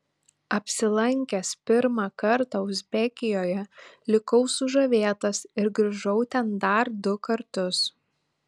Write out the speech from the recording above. apsilankęs pirmą kartą uzbekijoje likau sužavėtas ir grįžau ten dar du kartus